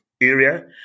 area